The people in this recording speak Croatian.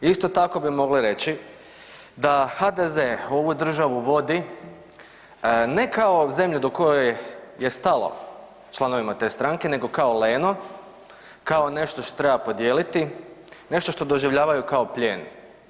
Isto tako bi mogli reći da HDZ ovu državu vodi ne kao zemlju do kojoj je stalo članovima te stranke, nego kao leno, kao nešto što treba podijeliti, nešto što doživljavaju kao plijen.